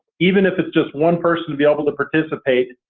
even if it's just one person to be able to participate,